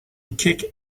kick